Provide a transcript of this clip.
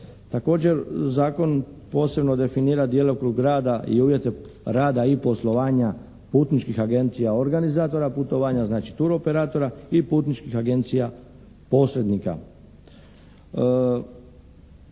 Također zakon posebno definira djelokrug rada i uvjete rada i poslovanja putničkih agencija organizatora putovanja, znači turoperatora i putničkih agencija posrednika.